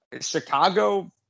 Chicago